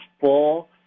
full